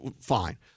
fine